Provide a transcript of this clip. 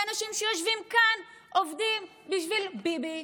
והאנשים שיושבים כאן עובדים בשביל ביבי.